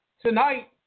Tonight